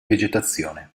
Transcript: vegetazione